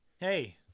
Hey